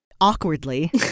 awkwardly